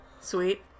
Sweet